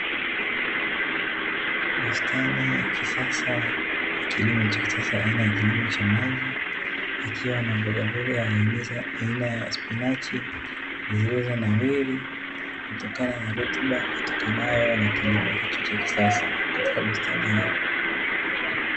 Bustani ya kisasa ya kilimo cha kisasa aina ya kilimo cha maji, ikiwa na mboga mboga aina ya spinachi zilizonawiri kutokana na rutuba ikutokanayo na kilimo cha kisasa katika bustani hiyo.